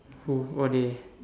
who who are they